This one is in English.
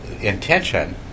intention